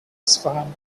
isfahan